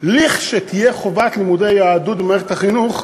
לכשתהיה חובת לימודי יהדות במערכת החינוך,